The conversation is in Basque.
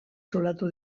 zulatu